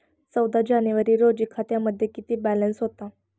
चौदा जानेवारी रोजी खात्यामध्ये किती बॅलन्स होता?